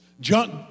Junk